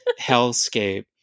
hellscape